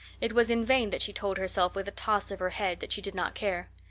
it was in vain that she told herself with a toss of her head that she did not care.